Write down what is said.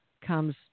comes